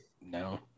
no